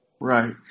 Right